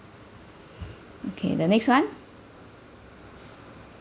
okay the next [one]